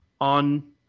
on